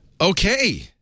Okay